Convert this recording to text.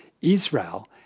Israel